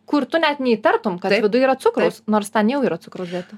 kur tu net neįtartum kad viduj yra cukraus nors ten jau yra cukraus dėta